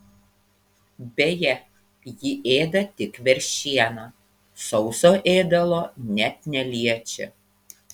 beje ji ėda tik veršieną sauso ėdalo net neliečia